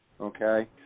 okay